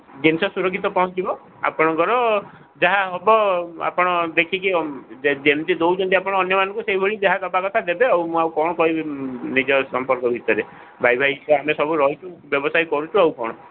ଜିନିଷ ସୁରକ୍ଷିତ ପହଞ୍ଚିବ ଆପଣଙ୍କର ଯାହା ହେବ ଆପଣ ଦେଖିକି ଯେମିତି ଦେଉଛନ୍ତି ଆପଣ ଅନ୍ୟମାନଙ୍କୁ ସେଭଳି ଯାହା ଦେବା କଥା ଦେବେ ଆଉ ମୁଁ ଆଉ କ'ଣ କହିବି ନିଜ ସମ୍ପର୍କ ଭିତରେ ଭାଇ ଭାଇ ସବୁ ରହୁଛି ବ୍ୟବସାୟ କରୁଛୁ ଆଉ କ'ଣ